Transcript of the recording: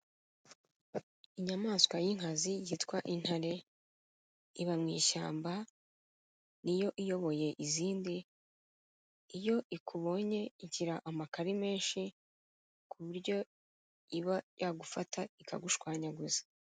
Inyamaswa y'inkazi yitwa intare, iba mu ishyamba, ni yo iyoboye izindi, iyo ikubonye igira amakare menshi, ku buryo iba yagufata ikagushwanyaguza.